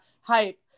hype